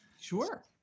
Sure